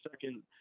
second